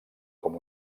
com